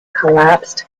collapsed